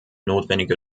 notwendige